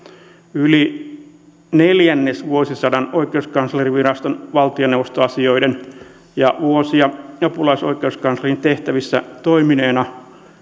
yli neljännesvuosisadan oikeuskanslerinviraston valtioneuvostoasioiden ja vuosia apulaisoikeuskanslerin tehtävissä toimineena